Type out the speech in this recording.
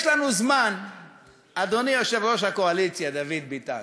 יש לנו זמן, אדוני יושב-ראש הקואליציה דוד ביטן,